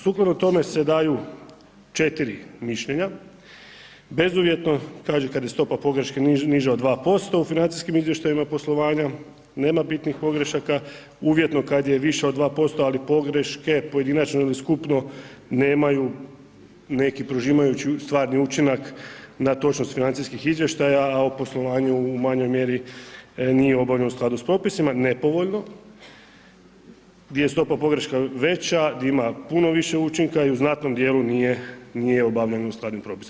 Sukladno tome se daju 4 mišljenja, bezuvjetno kažu kada je stopa pogreške niža od 2%, u financijskim izvještajima poslovanja, nema bitnijih pogrešaka, uvjetno kada je više od 2% ali pogreške, pojedinačno ili skupno nemaju neki prožimajući stvarni učinak na točnost financijskih izvještaja a u poslovanju u manjoj mjeri nije obavljeno u skladu sa popisima, nepovoljno gdje je stopa pogreška veća, gdje ima puno više učinka i u znatnom dijelu nije obavljeno u skladu sa propisima.